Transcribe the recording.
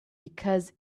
because